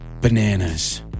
bananas